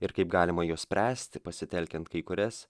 ir kaip galima juos spręsti pasitelkiant kai kurias